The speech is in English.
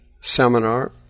seminar